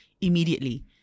immediately